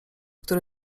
które